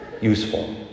useful